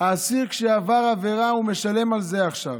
האסיר שעבר עבירה, הוא משלם על זה עכשיו.